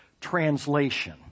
translation